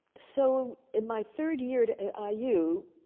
so, in my third year at ah iu,